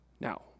Now